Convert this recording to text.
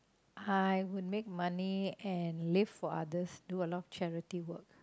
I would make money and live for others do a lot of charity work